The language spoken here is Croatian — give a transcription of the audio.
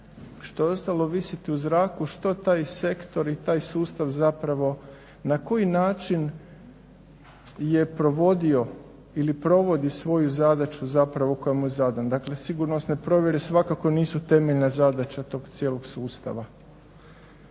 što je ostalo visiti u zraku što taj sektor i taj sustav zapravo, na koji način je provodio ili provodi svoju zadaću zapravo koja mu je zadana. Dakle, sigurnosne provjere svakako nisu temeljna zadaća tog cijelog sustava.